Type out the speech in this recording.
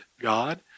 God